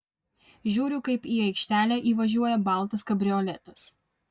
žiūriu kaip į aikštelę įvažiuoja baltas kabrioletas